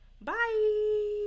bye